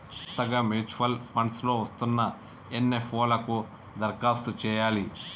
కొత్తగా mutual funds లో వస్తున్న ఎన్.ఎఫ్.ఓ లకు దరఖాస్తు చేయాలి